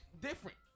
different